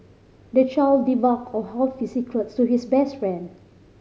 the child divulged all his secrets to his best friend